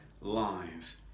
lives